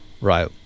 Right